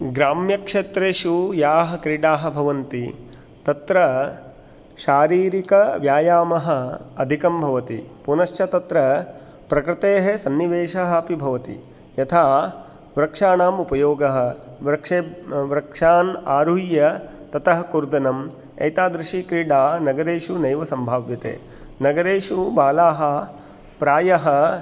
ग्राम्यक्षेत्रेषु याः क्रीडाः भवन्ति तत्र शारीरिकव्यायामः अधिकं भवति पुनश्च तत्र प्रकृतेः सन्निवेशः अपि भवति यथा वृक्षाणाम् उपयोगः वृक्षे वृक्षान् आरुह्य ततः कूर्दनम् एतादृशी क्रीडा नगरेषु नैव सम्भाव्यते नगरेषु बालाः प्रायः